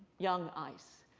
young ice.